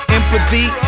empathy